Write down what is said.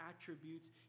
attributes